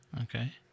Okay